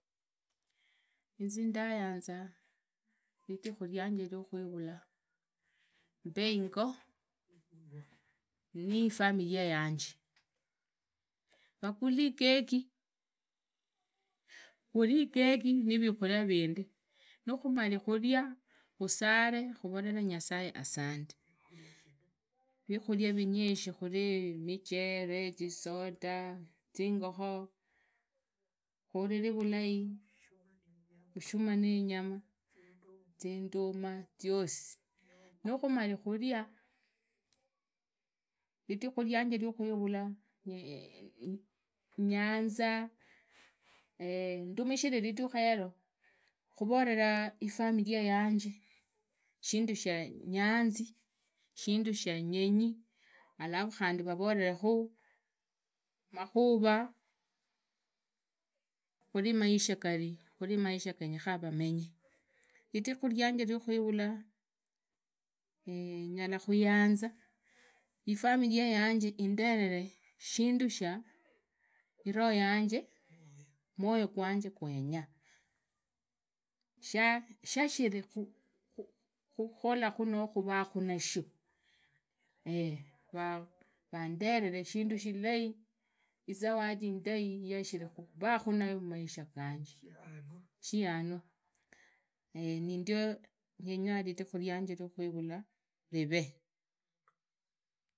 Inzi ndayanza nidhikhu vianje rikhulvulwa. mbe inyo nifamilia yanje. vugalile ikeki. muri inehi na vikhuria vindi. nikhumari khuria khusare khuvovere nyasaye asande. vikhuria vinyishi khuri micheree zisoda. zingokhoo. khuhurire vulai. vushuma ni inyama, zinduma ziosi lukhumari khuria. iridhiku vianje rikhuivulwa nyanza. ndumishire ridhikhu yero. khuvoveru ifamilia yanje. shindu sha nyanzi. shindu sha ndenyi. khandi vavoredekhu makhuva. khuri maisha gari khuri maisha genyekhana vamenyee. vidhikhu rianje viakhuivulwa. nyakhuyanza ifamilia yanje indevere shindu sha mwoyo gwanje gwenya. shashirikhukhola khu noo khuvaakhu nasho vundereve shindu shilai, izawadi indai yashirikhuukhu nayo khumaisha ganje shianu. ye nindio ndenya ridhikhu nianje riakhuvulwa rivee.